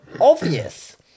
obvious